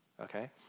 okay